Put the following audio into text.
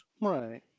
Right